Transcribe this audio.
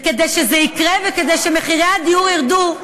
וכדי שזה יקרה וכדי שמחירי הדיור ירדו,